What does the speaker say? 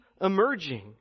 emerging